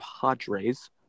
Padres